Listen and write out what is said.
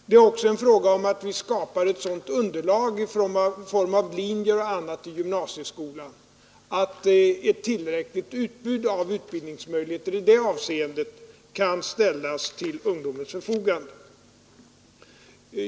Vi vill också skapa ett sådant underlag i form av linjer och annat i gymnasieskolan att ett tillräckligt utbud av utbildningsmöjligheter i detta avseende kan ställas till ungdomens förfogande.